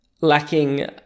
lacking